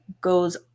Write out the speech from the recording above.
goes